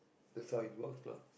that's why it work lah